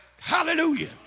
Hallelujah